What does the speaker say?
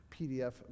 pdf